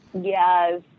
Yes